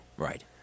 right